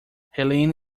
helene